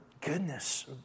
goodness